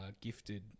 gifted